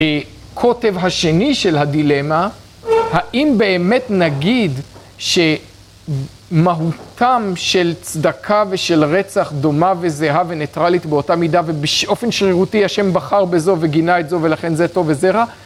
קוטב השני של הדילמה, האם באמת נגיד שמהותם של צדקה ושל רצח דומה וזהה וניטרלית באותה מידה ובאופן שרירותי השם בחר בזו וגינה את זו ולכן זה טוב וזה רע